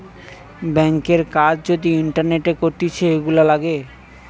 ব্যাংকের কাজ যদি ইন্টারনেটে করতিছে, এগুলা লাগে